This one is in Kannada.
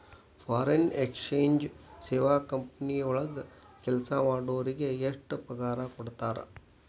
ಫಾರಿನ್ ಎಕ್ಸಚೆಂಜ್ ಸೇವಾ ಕಂಪನಿ ವಳಗ್ ಕೆಲ್ಸಾ ಮಾಡೊರಿಗೆ ಎಷ್ಟ್ ಪಗಾರಾ ಕೊಡ್ತಾರ?